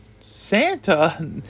Santa